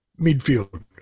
midfield